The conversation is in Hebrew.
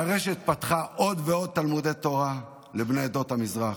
והרשת פתחה עוד ועוד תלמודי תורה לבני עדות המזרח,